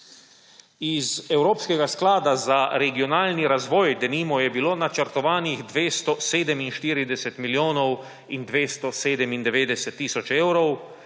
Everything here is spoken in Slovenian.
Iz Evropskega sklada za regionalni razvoj denimo je bilo načrtovanih 247 milijonov in 297 tisoč evrov,